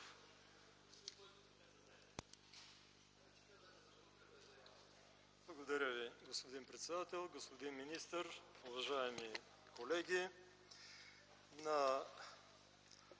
Уважаеми господин председател, господин министър, уважаеми колеги!